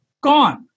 gone